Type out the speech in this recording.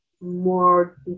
more